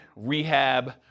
rehab